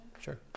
Sure